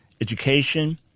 education